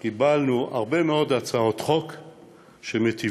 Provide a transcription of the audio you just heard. קיבלנו הרבה מאוד הצעות חוק שמיטיבות,